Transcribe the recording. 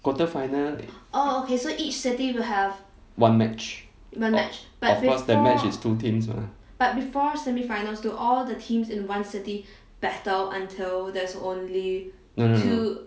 quarter final one match o~ of course that match is two teams mah no no no